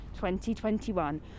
2021